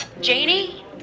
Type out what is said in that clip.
Janie